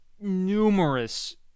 numerous